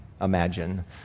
imagine